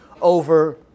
over